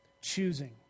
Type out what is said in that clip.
choosing